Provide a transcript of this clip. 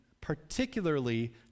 particularly